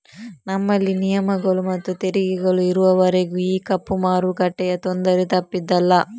ನಮ್ಮಲ್ಲಿ ನಿಯಮಗಳು ಮತ್ತು ತೆರಿಗೆಗಳು ಇರುವವರೆಗೂ ಈ ಕಪ್ಪು ಮಾರುಕಟ್ಟೆಯ ತೊಂದರೆ ತಪ್ಪಿದ್ದಲ್ಲ